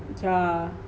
yeah